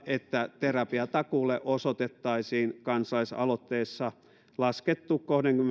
että terapiatakuulle osoitettaisiin kansalaisaloitteessa laskettu